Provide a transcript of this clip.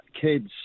kids